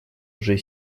уже